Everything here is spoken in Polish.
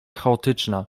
chaotyczna